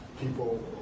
people